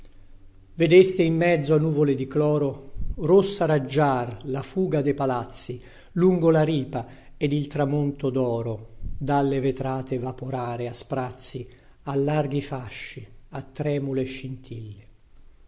vedeste in mezzo a nuvole di cloro rossa raggiar la fuga de palazzi lungo la ripa ed il tramonto doro dalle vetrate vaporare a sprazzi a larghi fasci a tremule scintille